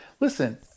Listen